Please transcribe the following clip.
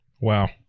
Wow